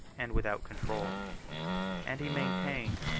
and without control and he maintained,